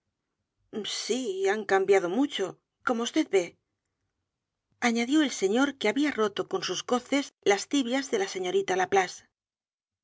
sí han cambiado mucho como vd ve añadió el señor que había roto con sus coces las tibias de la señorita